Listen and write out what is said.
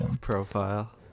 profile